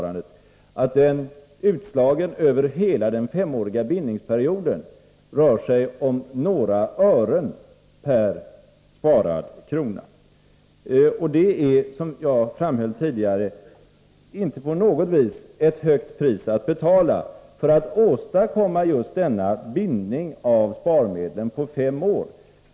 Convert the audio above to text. aktiesparandet utslagen över hela den femåriga bindningsperioden uppgår till några ören per sparad krona. Det är, som jag framhöll tidigare, inte på något vis ett högt pris att betala för att åstadkomma just denna bindning av sparmedlen under fem år.